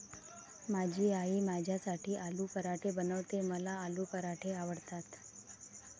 माझी आई माझ्यासाठी आलू पराठे बनवते, मला आलू पराठे आवडतात